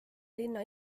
linna